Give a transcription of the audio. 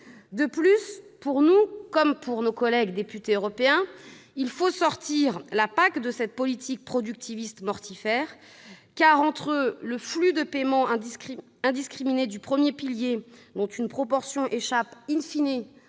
De plus, pour nous, comme pour nos collègues députés européens, il faut sortir la PAC de cette politique productiviste mortifère. Entre le flux des paiements indiscriminés du premier pilier, dont une proportion échappe aux